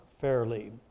fairly